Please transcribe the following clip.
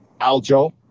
Aljo